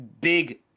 big